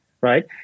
right